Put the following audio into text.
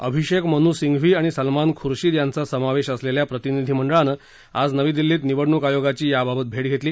अभिषेक मनु सिंघवी आणि सलमान खुर्शीद यांचा समावेश असलेल्या प्रतिनिधी मंडळानं आज नवी दिल्लीत निवडणूक आयोगाची याबाबत भेट घेतली